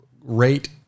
rate